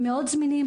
מאוד זמינים.